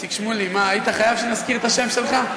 איציק שמולי, מה, היית חייב שיזכירו את השם שלך?